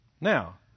Now